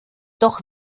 doch